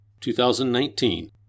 2019